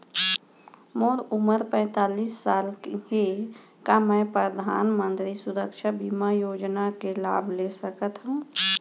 मोर उमर पैंतालीस साल हे का मैं परधानमंतरी सुरक्षा बीमा योजना के लाभ ले सकथव?